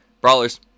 Brawlers